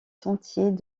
sentiers